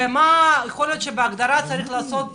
יכול להיות שצריך לעשות